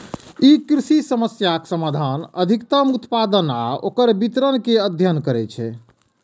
ई कृषि समस्याक समाधान, अधिकतम उत्पादन आ ओकर वितरण के अध्ययन करै छै